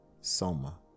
soma